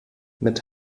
mit